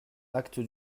acte